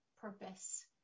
purpose